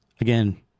Again